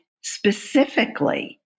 specifically